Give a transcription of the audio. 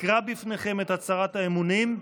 אקרא בפניכם את הצהרת האמונים,